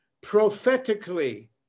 prophetically